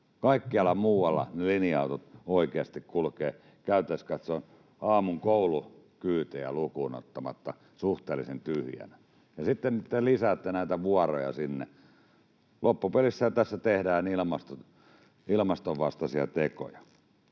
Kaikkialla muualla linja-autot oikeasti kulkevat käytännöllisesti katsoen aamun koulukyytejä lukuun ottamatta suhteellisen tyhjinä, ja sitten te lisäätte näitä vuoroja sinne. Loppupelissähän tässä tehdään ilmaston vastaisia tekoja.